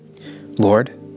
Lord